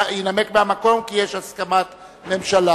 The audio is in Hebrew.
הוא ינמק מהמקום, כי יש הסכמת הממשלה.